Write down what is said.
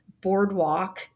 boardwalk